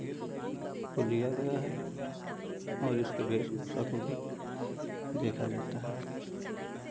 को लिया गया है और इसके वेश भूषा को भी देखा जाता है